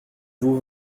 vous